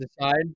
decide